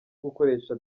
gukoresha